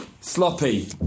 Sloppy